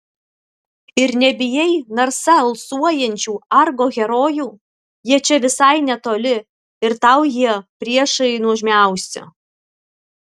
ir nebijai narsa alsuojančių argo herojų jie čia visai netoli ir tau jie priešai nuožmiausi